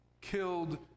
killed